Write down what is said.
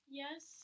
yes